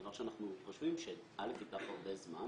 זה דבר שאנחנו חושבים שייקח הרבה זמן